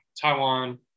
Taiwan